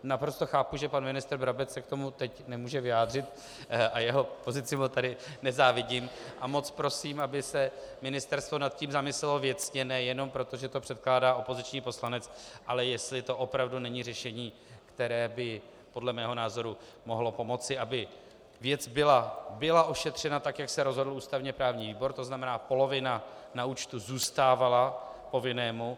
Naprosto chápu, že pan ministr Brabec se k tomu teď nemůže vyjádřit, a jeho pozici mu nezávidím, a moc prosím, aby se nad tím ministerstvo zamyslelo věcně, nejenom proto, že to předkládá opoziční poslanec, ale jestli to opravdu není řešení, které by podle mého názoru mohlo pomoci, aby věc byla ošetřena tak, jak se rozhodl ústavněprávní výbor, tzn. polovina na účtu zůstávala povinnému.